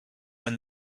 when